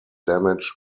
damage